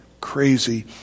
crazy